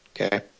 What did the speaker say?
Okay